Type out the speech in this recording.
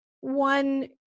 one